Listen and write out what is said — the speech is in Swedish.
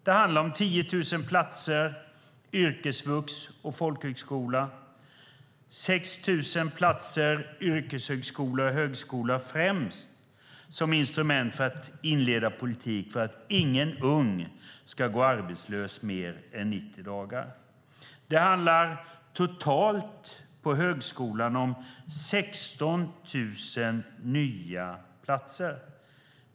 Det handlar om 10 000 platser på yrkesvux och folkhögskola och 6 000 platser på yrkeshögskola och högskola, främst som instrument för att inleda en politik för att ingen ung människa ska gå arbetslös mer än 90 dagar. Det handlar totalt om 16 000 nya platser på högskolan.